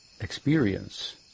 experience